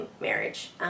marriage